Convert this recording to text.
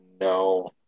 No